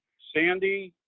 sandy,